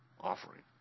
offering